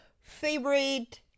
favorite